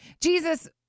Jesus